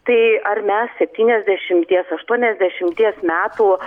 tai ar mes septyniasdešimties aštuoniasdešimties metų